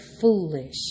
foolish